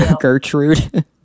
Gertrude